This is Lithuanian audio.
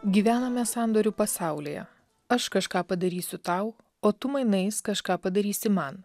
gyvename sandorių pasaulyje aš kažką padarysiu tau o tu mainais kažką padarysi man